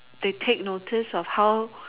they take notice of how